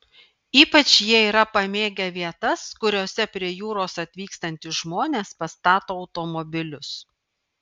ypač jie yra pamėgę vietas kuriose prie jūros atvykstantys žmones pastato automobilius